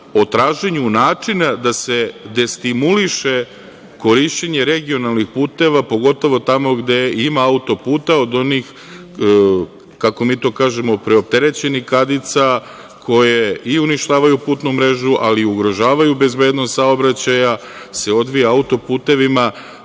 o traženju načina da se destimuliše korišćenje regionalnih puteva, pogotovo tamo gde ima auto-puta od onih, kako mi to kažemo, preopterećenih kadica koje i uništavaju putnu mrežu, ali ugrožavaju bezbednost saobraćaja se odvija auto-putevima.